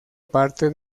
parte